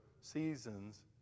seasons